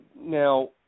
now